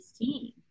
team